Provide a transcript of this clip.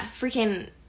freaking